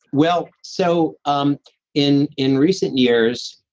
well so um in in recent years,